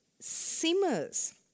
simmers